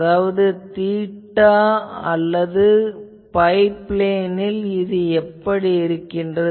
அதாவது தீட்டா அல்லது phi பிளேனில் இது எப்படி இருக்கிறது